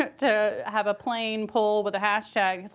to to have a plane pull with the hashtag.